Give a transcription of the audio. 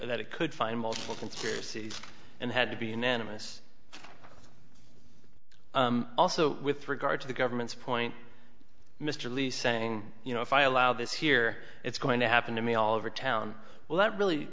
that it could find multiple conspiracies and had to be unanimous also with regard to the government's point mr lee's saying you know if i allow this here it's going to happen to me all over town well that really